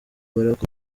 barack